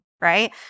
right